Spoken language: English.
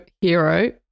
hero